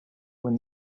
when